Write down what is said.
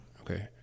Okay